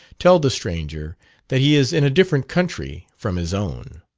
tell the stranger that he is in a different country from his own.